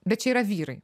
bet čia yra vyrai